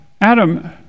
Adam